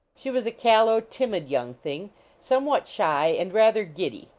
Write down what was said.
she was a callow, timid young thing somewhat shy, and rather giddy,